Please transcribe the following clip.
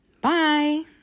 bye